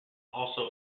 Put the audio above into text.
also